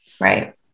right